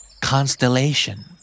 Constellation